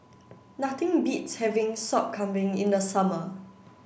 nothing beats having Sop Kambing in the summer